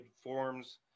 forms